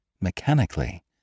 mechanically